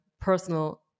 personal